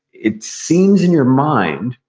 it seems in your mind,